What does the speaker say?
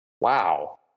Wow